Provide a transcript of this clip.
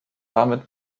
damit